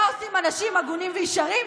מה עושים אנשים הגונים וישרים?